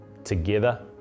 together